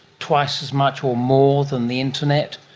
twice as much or more than the internet.